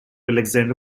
alexandra